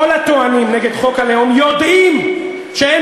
כל הטוענים נגד חוק הלאום יודעים שאין